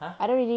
!huh!